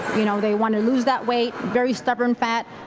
you know they want to lose that weight, very stubborn fat.